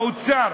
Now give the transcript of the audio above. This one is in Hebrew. האוצר,